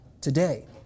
today